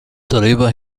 darüber